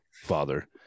father